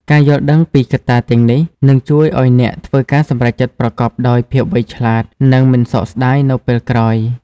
ការយល់ដឹងពីកត្តាទាំងនេះនឹងជួយឲ្យអ្នកធ្វើការសម្រេចចិត្តប្រកបដោយភាពវៃឆ្លាត និងមិនសោកស្តាយនៅពេលក្រោយ។